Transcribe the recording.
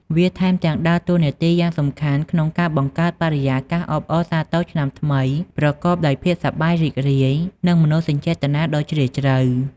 វាថែមទាំងដើរតួនាទីយ៉ាងសំខាន់ក្នុងការបង្កើតបរិយាកាសអបអរសាទរឆ្នាំថ្មីប្រកបដោយភាពសប្បាយរីករាយ និងមនោសញ្ចេតនាដ៏ជ្រាលជ្រៅ។